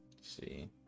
See